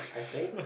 I think